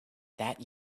that